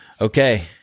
Okay